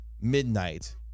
midnight